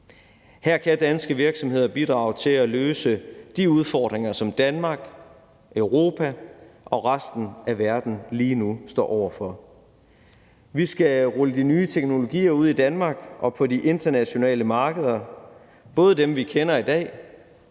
Her kan danske virksomheder bidrage til at løse de udfordringer, som Danmark, Europa og resten af verden lige nu står over for. Vi skal rulle de nye teknologier ud i Danmark og på de internationale markeder, både dem, vi kender i dag,